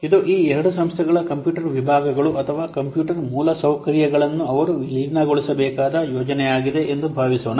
ಇದು ಈ ಎರಡು ಸಂಸ್ಥೆಗಳ ಕಂಪ್ಯೂಟರ್ ವಿಭಾಗಗಳು ಅಥವಾ ಕಂಪ್ಯೂಟರ್ ಮೂಲಸೌಕರ್ಯಗಳನ್ನು ಅವರು ವಿಲೀನಗೊಳಿಸಬೇಕಾದ ಯೋಜನೆಯಾಗಿದೆ ಎಂದು ಭಾವಿಸೋಣ